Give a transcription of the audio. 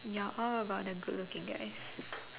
you're all about the good looking guys